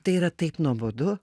tai yra taip nuobodu